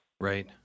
Right